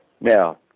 Now